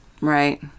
Right